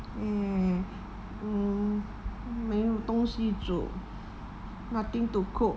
mm 没有东西煮 nothing to cook